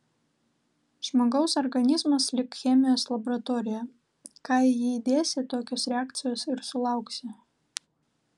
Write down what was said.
žmogaus organizmas lyg chemijos laboratorija ką į jį įdėsi tokios reakcijos ir sulauksi